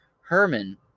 Herman